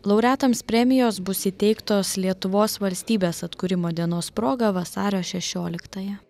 laureatams premijos bus įteiktos lietuvos valstybės atkūrimo dienos proga vasario šešioliktąją